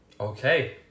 Okay